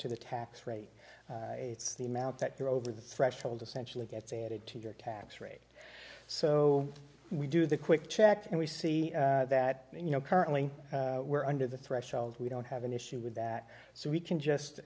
to the tax rate it's the amount that you're over the threshold essentially gets added to your tax rate so we do the quick check and we see that you know currently we're under the threshold we don't have an issue with that so we can just